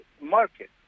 market